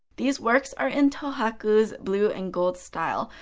these works are in tohaku's blue and gold style,